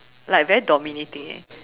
like very dominating eh